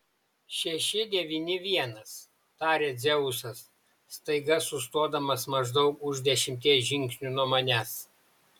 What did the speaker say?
šeši devyni vienas taria dzeusas staiga sustodamas maždaug už dešimties žingsnių nuo manęs